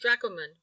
dragoman